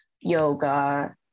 yoga